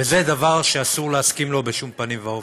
וזה דבר שאסור להסכים לו בשום פנים ואופן.